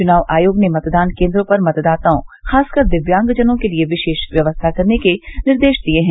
चुनाव आयोग ने मतदान केन्द्रों पर मतदाताओं खासकर दिव्यांगजनों के लिये विशेष व्यवस्था करने के निर्देश दिये हैं